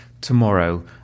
tomorrow